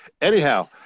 anyhow